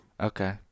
Okay